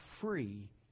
free